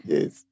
Yes